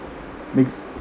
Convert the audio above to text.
makes